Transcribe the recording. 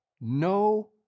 no